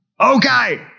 Okay